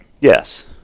yes